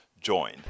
join